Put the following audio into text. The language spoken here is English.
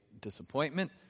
disappointment